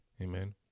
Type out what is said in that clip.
Amen